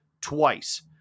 twice